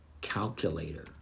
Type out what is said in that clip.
calculator